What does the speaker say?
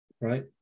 right